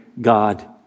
God